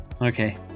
Okay